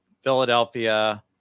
Philadelphia